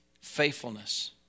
Faithfulness